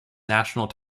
national